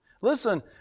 Listen